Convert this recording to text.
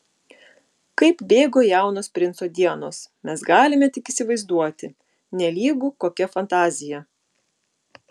kaip bėgo jaunos princo dienos mes galime tik įsivaizduoti nelygu kokia fantazija